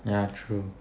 ya true